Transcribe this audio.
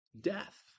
death